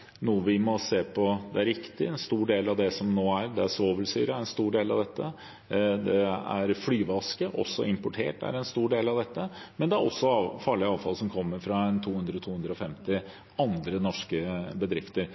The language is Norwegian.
er riktig. En stor del av dette er svovelsyre. Flyveaske, også importert, er en stor del av dette. Men det er også farlig avfall som kommer fra 200–250 andre norske bedrifter.